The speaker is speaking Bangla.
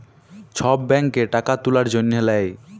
ছব ব্যাংকে টাকা তুলার জ্যনহে লেই